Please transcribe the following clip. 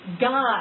God